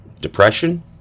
Depression